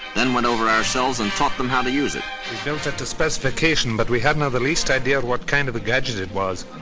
then went over ourselves and taught them how to use it. we built it to specification but we hadn't the least idea what kind of a gadget it was.